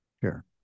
Sure